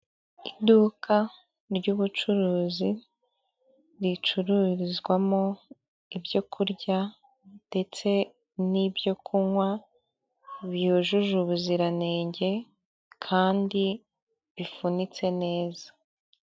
Iduka ry'ubucuruzi ricururizwamo ibyo kurya ndetse n'ibyo kunywa byujuje ubuziranenge kandi bifunitse neza.